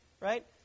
Right